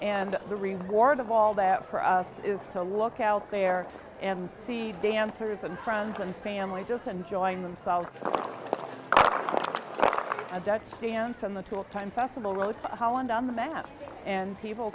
and the reward of all that for us is to look out there and see dancers and friends and family just enjoying themselves a stance on the total time festival of holland on the map and people